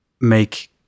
make